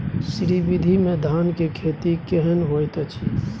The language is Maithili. श्री विधी में धान के खेती केहन होयत अछि?